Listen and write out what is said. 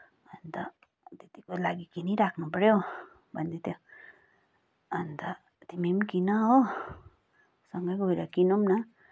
अन्त त्यतिको लागि किनिराख्नु पऱ्यो भन्दै थियो अन्त तिमी पनि किन हो सँगै गएर किनौँ न